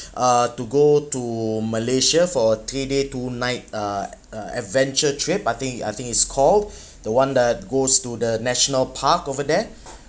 uh to go to malaysia for three day two night uh uh adventure trip I think I think it's called the [one] that goes to the national park over there